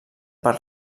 per